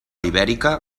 ibèrica